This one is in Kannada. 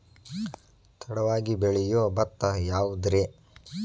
ತಡವಾಗಿ ಬೆಳಿಯೊ ಭತ್ತ ಯಾವುದ್ರೇ?